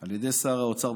על ידי שר האוצר,